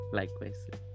likewise